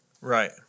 Right